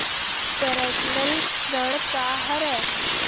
Personal ऋण का हरय?